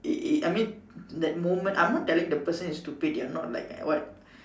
it it I mean that moment I am not telling the person is stupid they are not like what